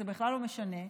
זה בכלל לא משנה,